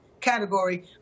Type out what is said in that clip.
Category